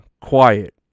quiet